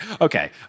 Okay